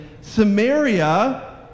Samaria